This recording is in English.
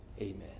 Amen